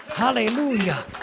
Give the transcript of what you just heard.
Hallelujah